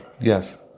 Yes